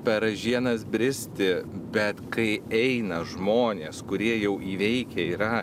per ražienas bristi bet kai eina žmonės kurie jau įveikę yra